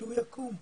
כשהוא יקום,